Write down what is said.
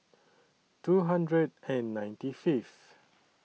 two hundred and ninety Fifth